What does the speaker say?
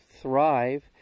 thrive